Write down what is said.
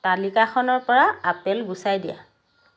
তালিকাখনৰ পৰা আপেল গুচাই দিয়া